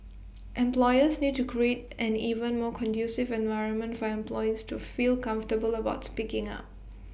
employers need to create an even more conducive environment for employees to feel comfortable about speaking up